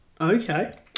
Okay